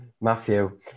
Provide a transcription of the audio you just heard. Matthew